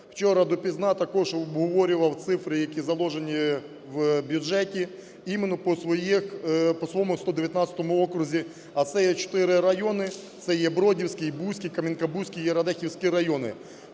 вчора допізна також обговорював цифри, які заложені в бюджеті іменно по своєму 119 окрузі, а це є чотири райони – це є Бродівський, Бузький, Кам'янка-Бузький і Радехівський райони.